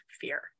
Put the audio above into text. fear